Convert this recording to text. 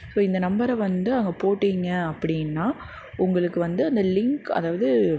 so இந்த நம்பரை வந்து அங்கே போட்டிங்க அப்படின்னா உங்களுக்கு வந்து அந்த லிங்க் அதாவது